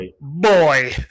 boy